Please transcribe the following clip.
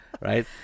right